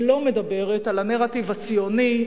אני לא מדברת על הנרטיב הציוני,